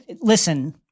listen